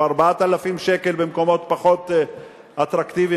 או 4,000 שקל במקומות פחות אטרקטיביים,